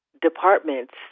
departments